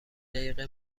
دقیقه